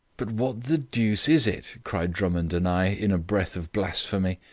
but what the deuce is it? cried drummond and i in a breath of blasphemy.